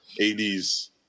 80s